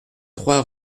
trois